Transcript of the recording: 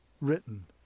written